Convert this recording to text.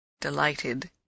delighted